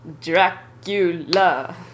Dracula